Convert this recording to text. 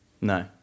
No